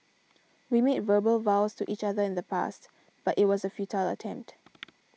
we made verbal vows to each other in the past but it was a futile attempt